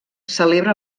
celebra